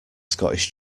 scottish